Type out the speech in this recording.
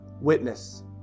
witness